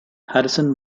harrison